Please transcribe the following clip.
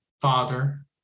Father